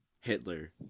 Hitler